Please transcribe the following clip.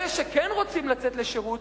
אלה שכן רוצים לצאת לשירות,